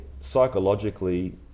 psychologically